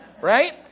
right